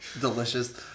Delicious